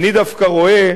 אני דווקא רואה,